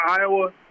Iowa